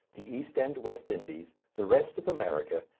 the east and west indies, the rest of america,